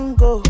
go